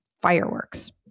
fireworks